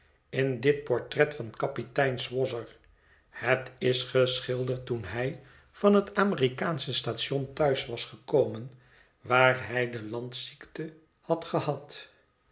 in dit portret van kapitein swosser het is geschilderd toen hij van het amerikaansche station thuis was gekomen waar hij dé landziekte had gehad